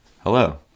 hello